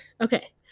Okay